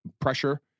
pressure